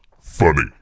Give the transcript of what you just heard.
funny